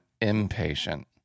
impatient